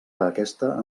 aquesta